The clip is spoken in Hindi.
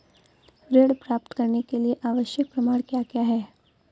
ऋण प्राप्त करने के लिए आवश्यक प्रमाण क्या क्या हैं?